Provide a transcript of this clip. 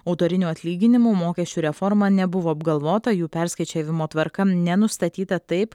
autorinių atlyginimų mokesčių reforma nebuvo apgalvota jų perskaičiavimo tvarka nenustatyta taip